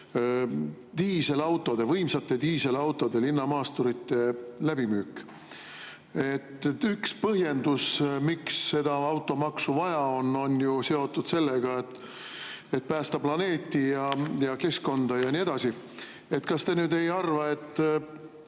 diiselautode, võimsate diiselautode, linnamaasturite müük. Üks põhjendus, miks seda automaksu vaja on, on ju seotud sellega, et päästa planeeti ja keskkonda ja nii edasi. Kas te ei arva, et